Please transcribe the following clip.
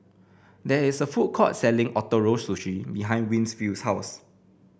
there is a food court selling Ootoro Sushi behind Winfield's house